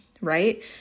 right